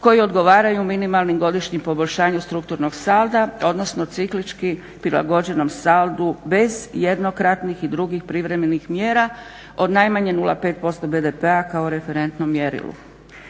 koji odgovaraju minimalnim godišnjim poboljšanjem strukturnog salda odnosno ciklički prilagođenom saldu bez jednokratnih i drugih privremenih mjera od najmanje 0,5% BDP-a kao referentnom mjerilu.